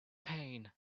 pain